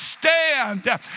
stand